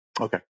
Okay